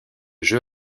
jeu